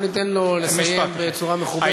בוא ניתן לו לסיים בצורה מכובדת.